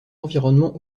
environnement